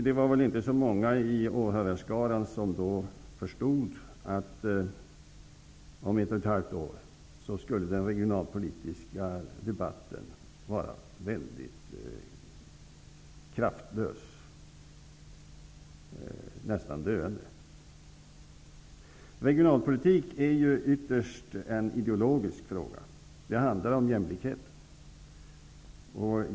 Det var väl inte så många i åhörarskaran som då förstod att den regionalpolitiska debatten om ett och ett halvt år skulle vara väldigt kraftlös, ja nästan döende. Regionalpolitik är ju ytterst en ideologisk fråga. Det handlar om jämlikhet.